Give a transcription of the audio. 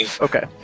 Okay